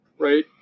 Right